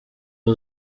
uwo